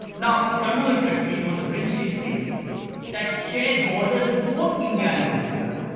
now jammu and kashmir was a princely state that shared borders with both india and pakistan.